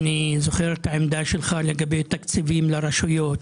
אני זוכר את העמדה שלך לגבי תקציבים לרשויות.